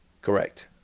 Correct